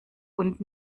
und